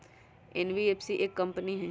NBFC एक company हई?